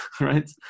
right